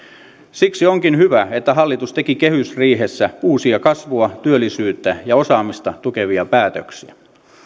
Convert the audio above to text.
siksi onkin hyvä että hallitus teki kehysriihessä uusia kasvua ja työllisyyttä ja osaamista tukevia päätöksiä